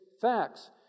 facts